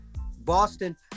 Boston